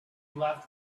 left